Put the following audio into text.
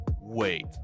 wait